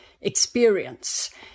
experience